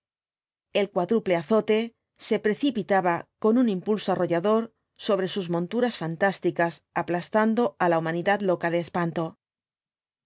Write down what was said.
el cuádruple azote se precipitaba con un impulso arrollador sobre sus monturas fantásticas aplastando á la humanidad loca de espanto